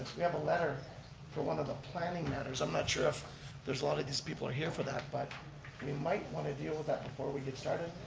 we have a letter for one of the planning matters. i'm not sure if there's a lot of these people are here for that, but we might want to deal with that before we get started,